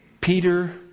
Peter